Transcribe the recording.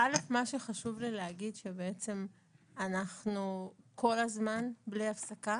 מה שחשוב לי להגיד, שאנחנו כל הזמן, בלי הפסקה,